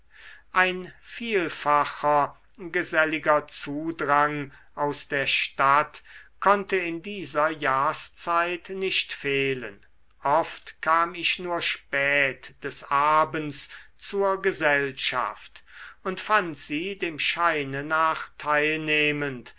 ein vielfacher geselliger zudrang aus der stadt konnte in dieser jahrszeit nicht fehlen oft kam ich nur spät des abends zur gesellschaft und fand sie dem scheine nach teilnehmend